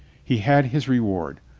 he had his reward.